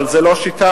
אבל זה לא שיטה.